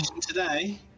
Today